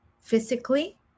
physically